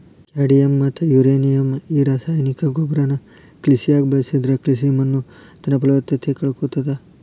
cadmium ಮತ್ತ uranium ಈ ರಾಸಾಯನಿಕ ಗೊಬ್ಬರನ ಕೃಷಿಯಾಗ ಬಳಸಿದ್ರ ಕೃಷಿ ಮಣ್ಣುತನ್ನಪಲವತ್ತತೆ ಕಳಕೊಳ್ತಾದ